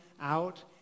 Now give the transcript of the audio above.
out